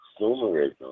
consumerism